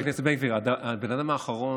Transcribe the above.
חבר הכנסת בן גביר, הבן אדם האחרון